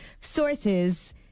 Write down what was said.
sources